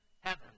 heaven